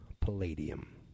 Palladium